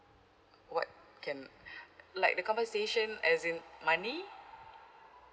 what can like the compensation as in money